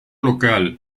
local